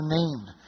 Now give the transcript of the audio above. named